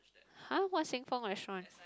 !huh! what Xin-Feng restaurant